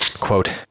Quote